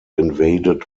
invaded